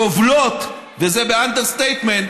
גובלות, וזה באנדרסטייטמנט,